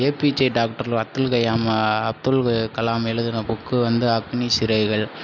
APJ doctor Abdul Kayam Abdul Kalam எழுதின book வந்து அக்னி சிறகுகள்